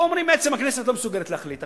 פה אומרים: בעצם הכנסת לא מסוגלת להחליט,